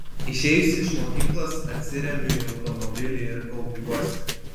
išėjusi iš mokyklos atsiremiu į automobilį ir kaupiuosi